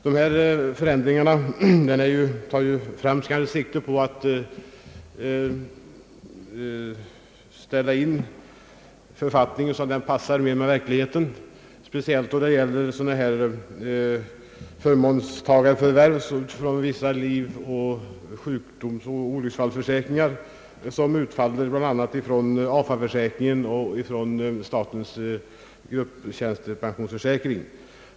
Dessa förändringar tar främst sikte på att anpassa författningen till verkligheten, speciellt då det gäller vissa förmånstagarförvärv i samband med livoch olycksfallsförsäkringar, som = utfaller bland annat från AFA-försäkringen och från statens tjänstegrupplivförsäkring.